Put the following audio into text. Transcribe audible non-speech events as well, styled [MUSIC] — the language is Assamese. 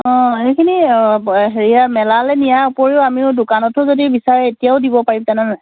অঁ এইখিনি [UNINTELLIGIBLE] হেৰিয়া মেলালৈ নিয়াৰ উপৰিও আমিও দোকানতো যদি বিচাৰে তেতিয়াও দিব পাৰিম তেনে হ'লে